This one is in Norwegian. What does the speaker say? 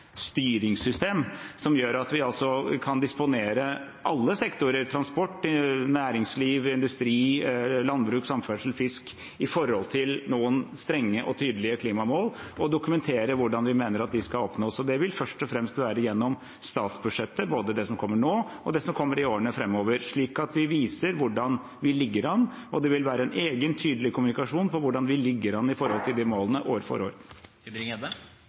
som gjør at vi kan disponere alle sektorer – transport, næringsliv, industri, landbruk, samferdsel, fisk – i henhold til noen strenge og tydelige klimamål og dokumentere hvordan vi mener at de skal oppnås. Det vil først og fremst være gjennom statsbudsjettet, både det som kommer nå, og det som kommer i årene framover, slik at vi viser hvordan vi ligger an. Det vil være en egen tydelig kommunikasjon på hvordan vi ligger an i forhold til de målene år for